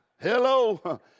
hello